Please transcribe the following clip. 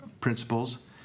principles